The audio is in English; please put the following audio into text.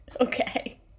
Okay